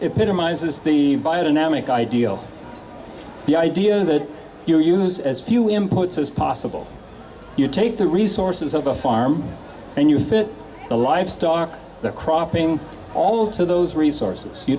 biodynamic ideal the idea that you use as few imports as possible you take the resources of a farm and you fit the livestock cropping all to those resources you